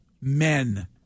men